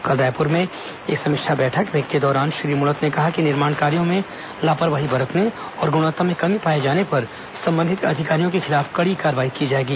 कल रायपुर में एक समीक्षा बैठक के दौरान श्री मूणत ने कहा कि निर्माण कार्यो में लापरवाही बरतने और गुणवत्ता में कमी पाए जाने पर संबंधित अधिकारियों के खिलाफ कड़ी कार्रवाई की जाएगी